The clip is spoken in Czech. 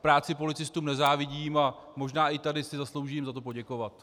Práci policistům nezávidím a možná i tady si zaslouží jim za to poděkovat.